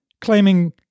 claiming